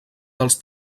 dels